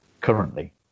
currently